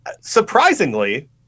surprisingly